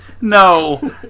No